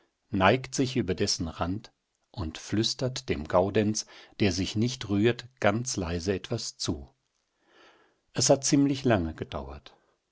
neigt sich über dessen rand und flüstert dem gaudenz der sich nicht rührt ganz leise etwas zu es hat ziemlich lange gedauert